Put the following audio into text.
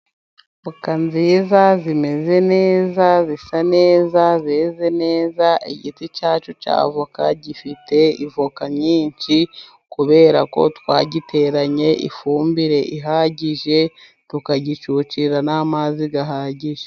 Voka nziza zimeze neza zisa neza zeze neza, igiti cyacyo cya avoka gifite avoka nyinshi kubera ko twagiteranye ifumbire ihagije tukagicucira n'amazi ahagije.